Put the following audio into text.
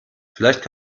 vielleicht